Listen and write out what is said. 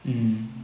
mm